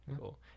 cool